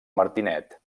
martinet